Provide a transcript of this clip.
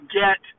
get